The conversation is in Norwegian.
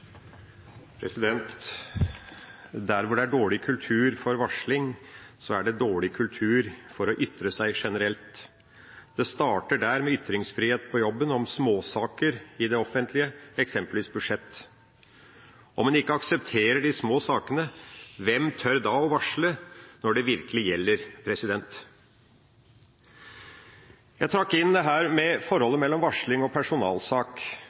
dårlig kultur for varsling, så er det dårlig kultur for å ytre seg generelt. Det starter med ytringsfrihet på jobben om småsaker i det offentlige – eksempelvis om budsjett. Om en ikke aksepterer de små sakene – hvem tør da å varsle når det virkelig gjelder? Jeg trakk inn dette med forholdet mellom varsling og personalsak,